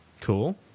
Cool